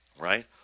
right